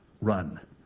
run